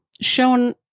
shown